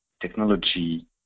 technology